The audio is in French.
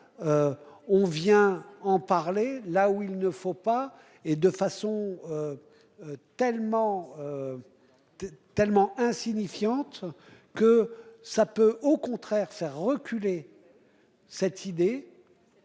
On vient en parler là où il ne faut pas et de façon. Tellement. Tellement insignifiante. Que ça peut au contraire ça reculer. Cette idée.